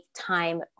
time